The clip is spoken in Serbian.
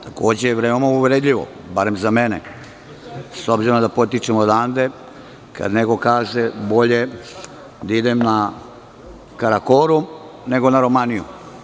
Takođe, veoma je uvredljivo, bar za mene, s obzirom da potičem odande, kad neko kaže – bolje da idem na Karakorum nego na Romaniju.